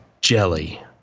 jelly